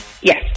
Yes